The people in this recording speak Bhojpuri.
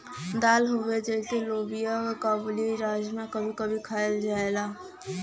दाल हउवे जइसे लोबिआ काबुली, राजमा कभी कभी खायल जाला